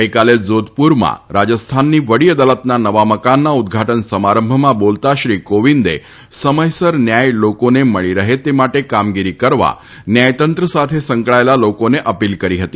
ગઇકાલે જોધપુરમાં રાજસ્થાનની વડી અદાલતના નવા મકાનના ઉદ્દઘાટન સમારંભમાં બોલતાં શ્રી કોવિંદે સમયસર ન્યાય લોકોને મળી રહે તે માટે કામગીરી કરવા ન્યાયતંત્ર સાથે સંકળાયેલા લોકોને અપીલ કરી હતી